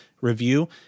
review